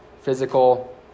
physical